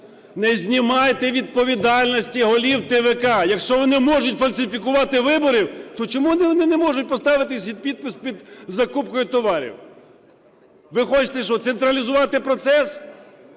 Не знімайте відповідальності з голів ТВК. Якщо вони можуть фальсифікувати вибори, то чому вони не можуть поставити свій підпис під закупкою товарів? Ви хочете що, централізувати процес?